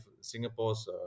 Singapore's